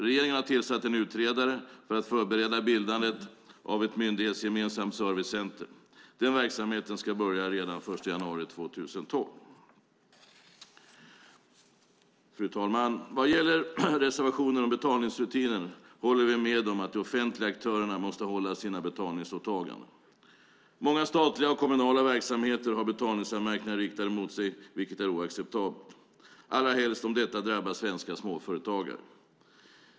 Regeringen har tillsatt en utredare för att förbereda bildandet av ett myndighetsgemensamt servicecenter. Den verksamheten ska börja redan den 1 januari 2012. Fru talman! Vad gäller reservationen om betalningsrutiner håller vi med om att de offentliga aktörerna måste hålla sina betalningsåtaganden. Många statliga och kommunala verksamheter har betalningsanmärkningar riktade mot sig vilket är oacceptabelt, allra helst om detta drabbar svenska småföretagare.